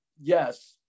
yes